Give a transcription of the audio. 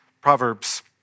Proverbs